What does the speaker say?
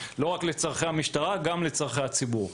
לא רק לצורכי המשטרה אלא גם לצורכי הציבור.